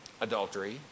adultery